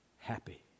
happy